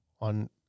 on